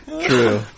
True